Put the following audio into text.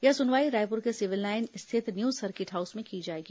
यह सुनवाई रायपुर के सिविल लाइन स्थित न्यू सर्किट हाउस में की जाएगी